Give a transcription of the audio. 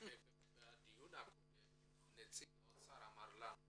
בדיון הקודם נציג האוצר אמר לנו.